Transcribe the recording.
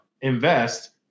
invest